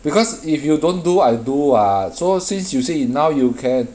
because if you don't do I do [what] so since you say you now you can